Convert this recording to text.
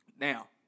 Now